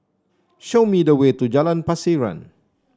show me the way to Jalan Pasiran